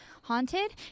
haunted